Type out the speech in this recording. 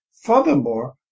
Furthermore